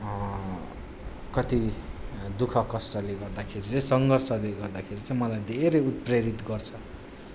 कति दुःख कष्टले गर्दाखेरि चाहिँ सङ्घर्षले गर्दाखेरि चाहिँ मलाई धेरै उत्प्रेरित गर्छ